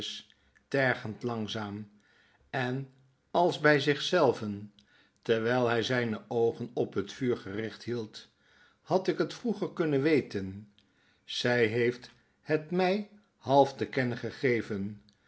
tergjend langzaam en als bg zich zelven terwijl hij zgne oogen op het vuur gericht hield had ik het vroeger kunnen weten zij heeft het mg half te kennen gegeven